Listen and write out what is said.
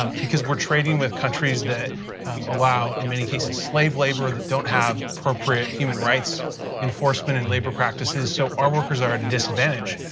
um because we are trading with countries that allow in many cases slave labor, that don't have appropriate human rights enforcement in labor practices, so our workers are at a disadvantage.